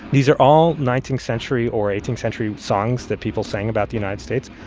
these are all nineteenth century or eighteenth century songs that people sang about the united states.